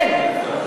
אין.